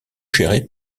gérés